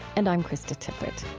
and i'm krista tippett